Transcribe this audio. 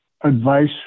advice